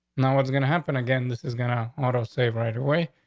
now what's going to happen again? this is gonna auto save right away,